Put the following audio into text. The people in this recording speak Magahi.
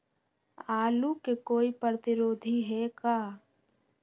आलू के कोई प्रतिरोधी है का?